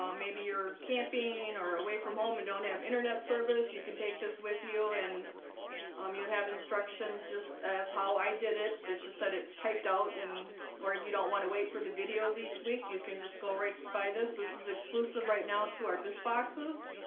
um maybe you're camping or away from home and don't have internet service you can take this with you and um, you have instructions just as how i did it it's just that it's typed out and or if you don't want to wait for the videos each week you can just go right by this. this is exclusive right now to our best boxes